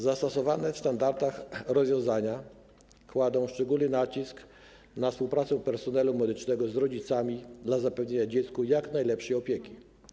Zastosowane w standardach rozwiązania kładą szczególny nacisk na współpracę personelu medycznego z rodzicami dla zapewnienia dziecku jak najlepszej opieki.